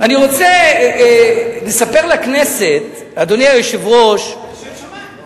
רוצה לספר לכנסת, אדוני היושב-ראש, זה לשם שמים.